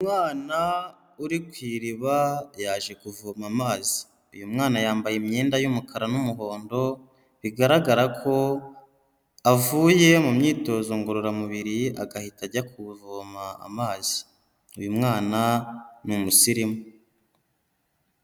Umwana uri ku iriba yaje kuvoma amazi. Uyu mwana yambaye imyenda y'umukara n'umuhondo, bigaragara ko avuye mu myitozo ngororamubiri agahita ajya kuvoma amazi. Uyu mwana ni umusirimu.